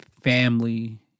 family